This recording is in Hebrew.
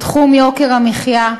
טוב.